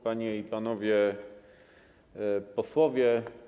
Panie i Panowie Posłowie!